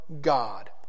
God